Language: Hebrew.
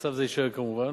ומצב זה יישאר כמובן.